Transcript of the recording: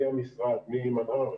מהמשרד, ממנה"ר,